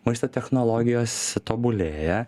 maisto technologijos tobulėja